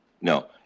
No